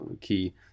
key